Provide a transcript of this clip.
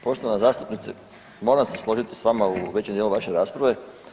Poštovana zastupnice, moram se složit s vama u većem dijelu vaše rasprave.